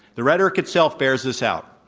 the rhetoric itself bears this out.